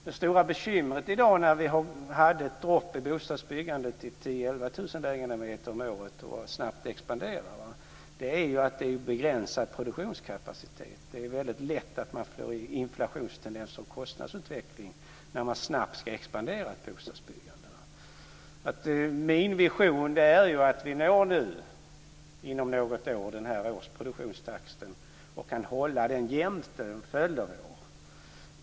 Det stora bekymret i dag, när vi snabbt expanderar efter att ha haft en nedgång i bostadsbyggandet till 10 000-11 000 lägenheter om året, är ju att det är en begränsad produktionskapacitet. Det är väldigt lätt att man får inflationstendenser och en kostnadsutveckling när man snabbt ska expandera ett bostadsbyggande. Min vision är att vi inom något år når den här produktionstakten och kan hålla den jämn under en följd av år.